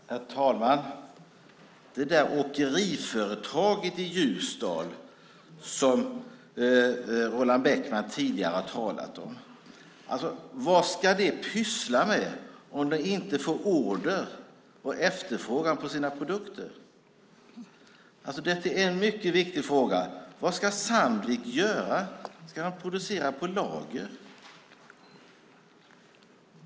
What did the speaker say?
Herr talman! Det där åkeriföretaget i Ljusdal som Roland Bäckman tidigare talade om, vad ska det pyssla med om det inte får order och efterfrågan på sina produkter? Det är en mycket viktig fråga. Vad ska Sandvik göra? Ska de producera på lager?